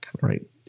right